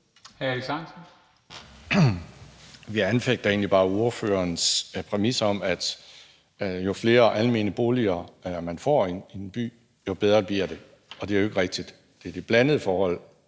Jeg anfægter egentlig bare ordførerens præmis om, at jo flere almene boliger man får i en by, jo bedre bliver det, for det er jo ikke rigtigt. Det er det blandede forhold,